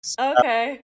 Okay